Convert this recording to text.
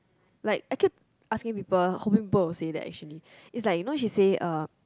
like I kept people how many people will say that actually it's like you know she say uh